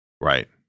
Right